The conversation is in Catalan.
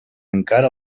encara